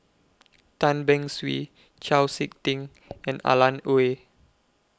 Tan Beng Swee Chau Sik Ting and Alan Oei